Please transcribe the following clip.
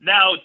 Now